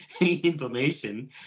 information